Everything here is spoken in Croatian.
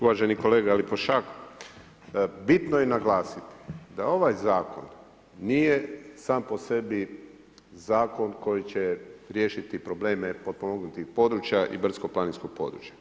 Uvaženi kolega Lipošćak, bitno je naglasiti da ovaj Zakon nije sam po sebi Zakon koji će riješiti probleme potpomognutih područja i brdsko-planinskog područja.